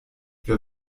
wer